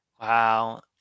Wow